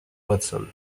watson